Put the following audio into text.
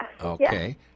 Okay